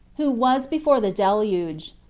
who was before the deluge,